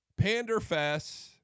Panderfest